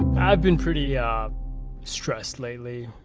i've been pretty yeah stressed lately.